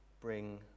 bring